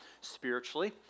spiritually